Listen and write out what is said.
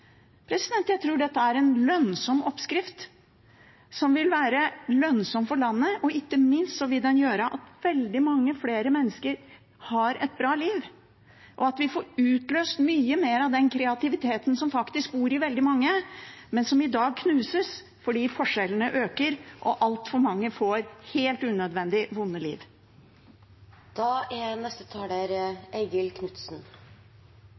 Jeg tror dette er en lønnsom oppskrift, som vil være lønnsom for landet og ikke minst gjøre at veldig mange flere mennesker får et bra liv, og at vi får utløst mye mer av den kreativiteten som faktisk bor i veldig mange, men som i dag knuses fordi forskjellene øker og altfor mange helt unødvendig